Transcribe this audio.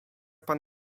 pan